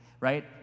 right